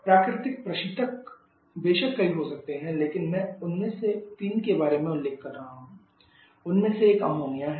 प्राकृतिक प्रशीतक बेशक कई हो सकते हैं लेकिन मैं उनमें से तीन के बारे में उल्लेख कर रहा हूं उनमें से एक अमोनिया है